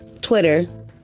Twitter